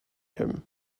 him